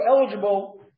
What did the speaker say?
eligible